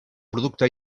producte